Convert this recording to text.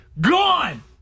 Gone